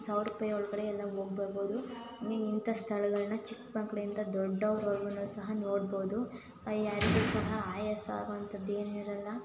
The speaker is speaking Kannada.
ಸಾವಿರ ರೂಪಾಯಿ ಒಳಗಡೆ ಎಲ್ಲ ಹೋಗಿ ಬರ್ಬೋದು ನೀವು ಇಂಥ ಸ್ಥಳಗಳ್ನ ಚಿಕ್ಕ ಮಕ್ಕಳಿಂದ ದೊಡ್ಡವ್ರ ವರೆಗೂ ಸಹ ನೋಡ್ಬೋದು ಯಾರಿಗೂ ಸಹ ಆಯಾಸ ಆಗುವಂಥದ್ದು ಏನೂ ಇರೋಲ್ಲ